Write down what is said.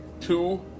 two